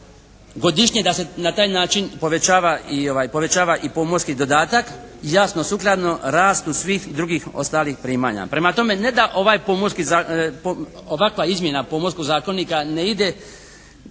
godišnje da se na taj način povećava i pomorski dodatak jasno sukladno rastu svih drugih ostalih primanja. Prema tome ne da ovaj, ovakva izmjena Pomorskog zakonika ne ide